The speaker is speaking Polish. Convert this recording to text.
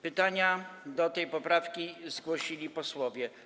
Pytania co do tej poprawki zgłosili posłowie.